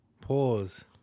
Pause